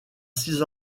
six